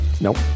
nope